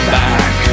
back